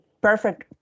perfect